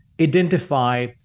Identify